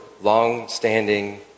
long-standing